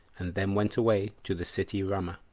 and then went away to the city ramah.